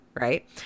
Right